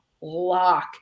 lock